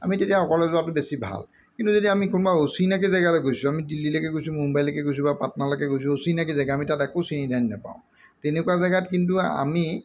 আমি তেতিয়া সকলোৱে যোৱাটো বেছি ভাল কিন্তু যদি আমি কোনোবা অচিনাকি জেগালৈ গৈছোঁ আমি দিল্লীলৈকে গৈছোঁ মুম্বাইলৈকে গৈছোঁ বা পাট্নালৈকে গৈছোঁ অচিনাকি জেগা আমি তাত একো চিনি জানি নাপাওঁ তেনেকুৱা জেগাত কিন্তু আমি